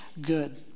good